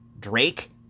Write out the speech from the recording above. Drake